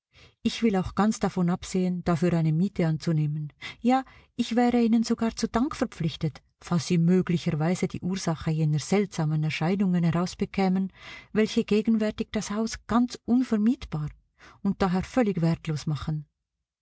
ich will auch ganz davon absehen dafür eine miete anzunehmen ja ich wäre ihnen sogar zu dank verpflichtet falls sie möglicherweise die ursache jener seltsamen erscheinungen herausbekämen welche gegenwärtig das haus ganz unvermietbar und daher völlig wertlos machen